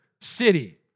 city